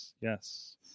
yes